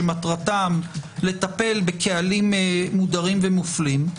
שמטרתם לטפל בקהלים מודרים ומופלים.